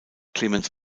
clemens